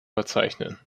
verzeichnen